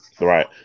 Right